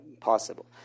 possible